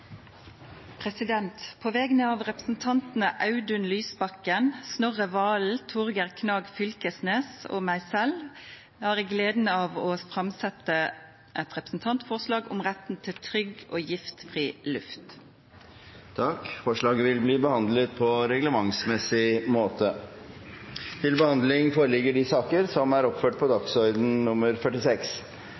representantforslag. På vegner av representantane Audun Lysbakken, Snorre Serigstad Valen, Torgeir Knag Fylkesnes og meg sjølv har eg gleda av å setja fram eit representantforslag om retten til trygg og giftfri luft. Forslaget vil bli behandlet på reglementsmessig måte. Den første saken som ligger til behandling,